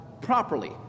properly